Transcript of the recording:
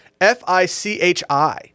F-I-C-H-I